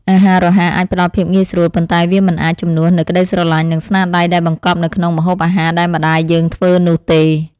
អាហាររហ័សអាចផ្តល់ភាពងាយស្រួល ប៉ុន្តែវាមិនអាចជំនួសនូវក្តីស្រលាញ់ និងស្នាដៃដែលបង្កប់នៅក្នុងម្ហូបអាហារដែលម្តាយយើងធ្វើនោះទេ។